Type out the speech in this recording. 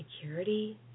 security